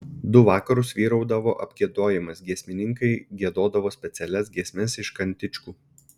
du vakarus vyraudavo apgiedojimas giesmininkai giedodavo specialias giesmes iš kantičkų